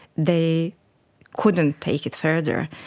they couldn't take it further.